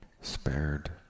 Spared